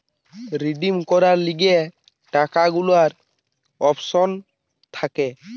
redeem করার লিগে টাকা গুলার অপশন থাকে